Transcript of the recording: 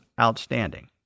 outstanding